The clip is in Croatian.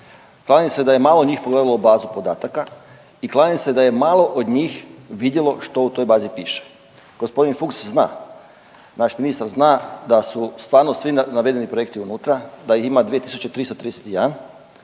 Kladim se da je malo njih pogledalo bazu podataka i kladim se da je malo od njih vidjelo što u toj bazi piše. Gospodin Fuch zna, naš ministar zna da su stvarno navedeni projekti unutra, da ih ima 2331,